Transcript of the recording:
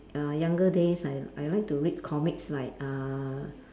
uh younger days I I like to read comics like uh